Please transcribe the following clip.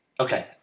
Okay